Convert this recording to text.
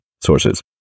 sources